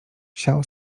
siał